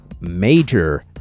major